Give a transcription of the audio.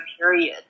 period